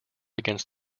against